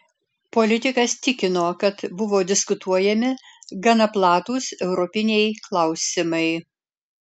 politikas tikino kad buvo diskutuojami gana platūs europiniai klausimai